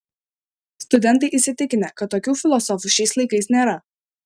studentai įsitikinę kad tokių filosofų šiais laikais nėra